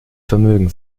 vermögen